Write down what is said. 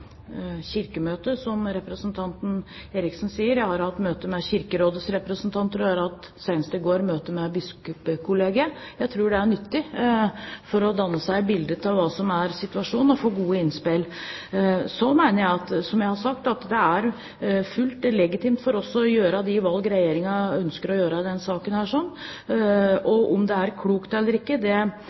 Kirkemøtet, som representanten Eriksen sier, jeg har hatt møte med Kirkerådets representanter og jeg har hatt – senest i går – møte med bispekollegiet. Jeg tror det er nyttig for å danne seg et bilde av hva som er situasjonen, og få gode innspill. Så mener jeg, som jeg har sagt, at det er fullt legitimt for Regjeringen å gjøre de valgene vi ønsker å gjøre i denne saken, og om det er klokt eller ikke, det